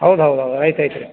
ಹೌದು ಹೌದು ಹೌದು ಐತೆ ಐತೆ ರೀ